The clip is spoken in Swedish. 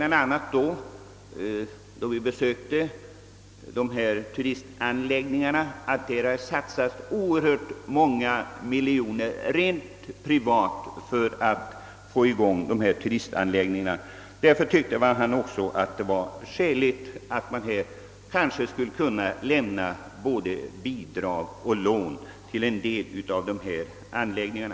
När vi besökte turistanläggningarna nämndes bl.a. att oerhört många miljoner kronor har satsats från privat håll för att få i gång dem. Därför ansåg han det skäligt att staten skulle kunna lämna både bidrag och lån till både utbyggnad och nybyggnad av turistanläggningar.